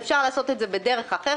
ואפשר לעשות את זה בדרך אחרת.